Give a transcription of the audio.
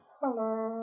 Hello